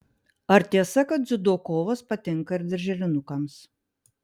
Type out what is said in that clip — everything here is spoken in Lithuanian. ar tiesa kad dziudo kovos patinka ir darželinukams